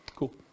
Cool